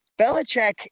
Belichick